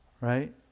Right